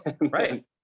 right